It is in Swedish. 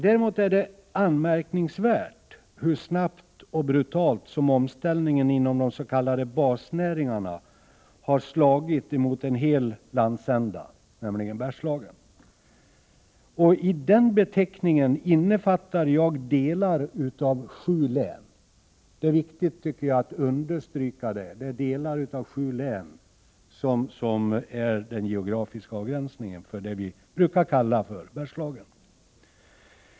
Däremot är det anmärkningsvärt hur snabbt omställningen inom de s.k. basnäringarna har gått och hur brutalt den slagit mot en hel landsända, nämligen Bergslagen. I den beteckningen inbegriper jag delar av sju län. Det är viktigt att understryka att det är delar av sju län som ryms inom den geografiska avgränsning som vi brukar kalla Bergslagen.